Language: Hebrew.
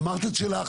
אמרת את שלך,